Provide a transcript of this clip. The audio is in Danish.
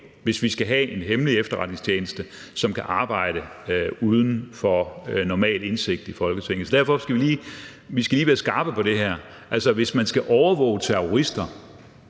hvis vi skal have en hemmelig efterretningstjeneste, som kan arbejde uden for normal indsigt i Folketinget. Derfor skal vi lige være skarpe på det her. Hvis man skal overvåge terrorister,